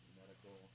medical